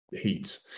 heat